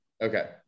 Okay